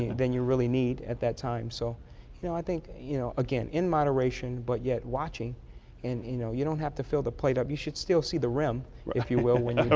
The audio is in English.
than you really need at that time. so i think you know, again n moderation but yet watching and you know you don't have to fill the plate up. you should still see the rim if you will when ah